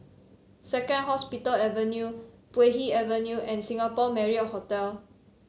Second Hospital Avenue Puay Hee Avenue and Singapore Marriott Hotel